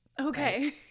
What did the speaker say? Okay